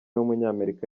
w’umunyamerika